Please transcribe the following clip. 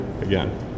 again